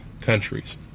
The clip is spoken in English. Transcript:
countries